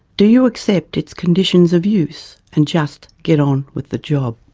do you accept its conditions of use and just get on with the job?